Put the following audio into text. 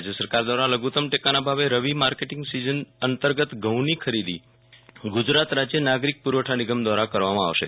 રાજ્ય સરકાર દ્વારા લઘુત્તમ ટેકાના ભાવે રવિ માર્કેટીંગ સિઝન અંતર્ગત ઘઉંની ખરીદી ગુરજાત રાજ્ય નાગરીક પુરવઠા નિગમ દ્વારા રવામાં આવશે